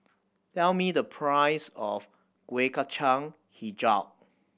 tell me the price of Kueh Kacang Hijau